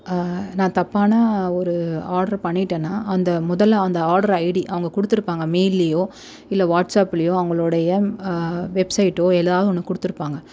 நான் தப்பான ஒரு ஆர்ட்ரு பண்ணிட்டேன்னா அந்த முதல அந்த ஆர்ட்ரு ஐடி அவங்க கொடுதுருப்பாங்க மெயில்லயோ இல்லை வாட்ஸ்அப்லேயோ அவங்களோடைய வெப்சைட்டோ ஏதாவது ஒன்று கொடுத்துருப்பாங்க